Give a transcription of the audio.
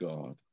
God